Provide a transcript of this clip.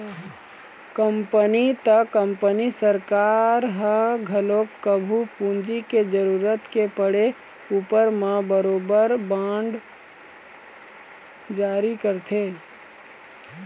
company त company सरकार ह घलोक कभू पूंजी के जरुरत के पड़े उपर म बरोबर बांड जारी करथे